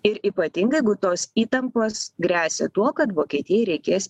ir ypatingai jeigu tos įtampos gresia tuo kad vokietijai reikės